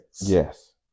Yes